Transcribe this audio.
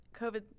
COVID